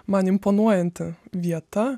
man imponuojanti vieta